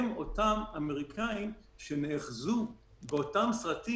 הם אותם אמריקאים שנאחזו באותם סרטים